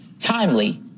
timely